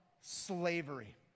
slavery